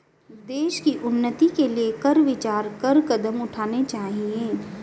देश की उन्नति के लिए कर विचार कर कदम उठाने चाहिए